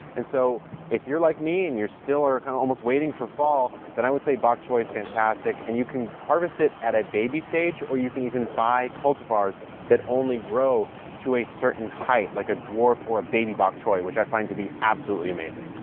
and so if you're like me and you still are kind of almost waiting for fall, then i would say bok choy is fantastic. and you can harvest it at a baby stage or you can even buy cultivars that only grow to a certain height, like a dwarf or a baby bok choy, which i find to be absolutely amazing.